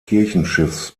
kirchenschiffs